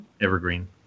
Evergreen